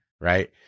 right